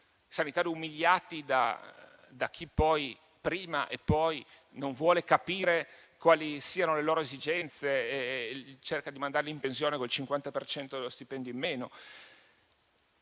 vite, umiliati da chi prima e poi non vuole capire quali siano le loro esigenze e cerca di mandarli in pensione con il 50 per cento dello stipendio in meno.